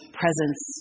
presence